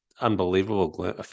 unbelievable